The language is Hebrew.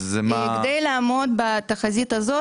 אז מה --- בכדי לעמוד בתחזית הזאת,